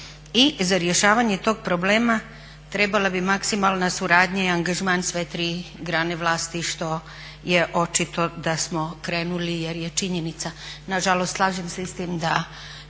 i za rješavanje tog problema trebala bi maksimalna suradnja i angažman sve tri grane vlasti što je očito da samo krenuli jer je činjenica. Nažalost slažem se i s tim da